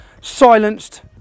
Silenced